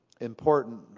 important